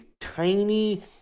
tiny